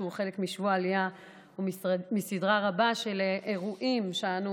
שהוא חלק משבוע העלייה ומסדרה גדולה של אירועים שאנו